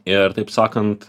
ir taip sakant